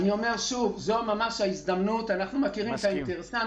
וזאת ההזדמנות לעשות עם זה משהו.